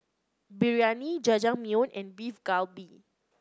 Biryani Jajangmyeon and Beef Galbi